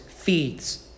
feeds